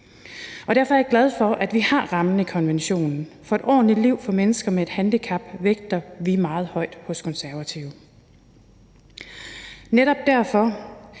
derfor er jeg glad for, at vi har rammen og konventionen, for et ordentligt for mennesker med et handicap vægter vi meget højt fra Konservatives